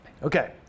Okay